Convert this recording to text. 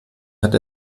hat